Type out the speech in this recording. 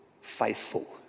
faithful